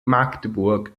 magdeburg